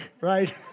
right